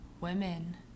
women